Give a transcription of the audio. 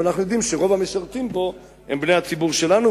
אנו יודעים שרוב המשרתים בו הם בני הציבור שלנו,